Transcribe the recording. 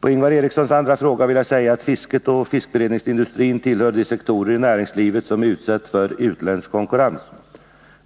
På Ingvar Erikssons andra fråga vill jag säga att fisket och fiskberedningsindustrin tillhör de sektorer i näringslivet som är utsatta för utländsk konkurrens.